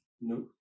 No